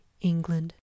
england